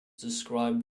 describe